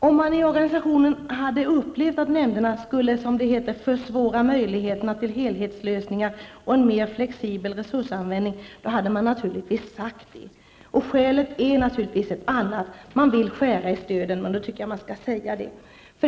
Om man i organisationen hade upplevt att nämnderna skulle ''försvåra möjligheterna till helhetslösningar och en mer flexibel resursanvändning'' hade man naturligtvis sagt det. Skälet är ett annat, nämligen att regeringen vill skära ner stöden, men då tycker jag att regeringen skall säga det.